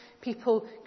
people